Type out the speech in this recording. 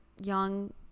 young